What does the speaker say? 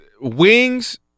wings